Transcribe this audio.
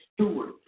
steward